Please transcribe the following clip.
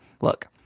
look